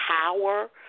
power